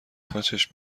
تاچشم